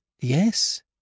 Yes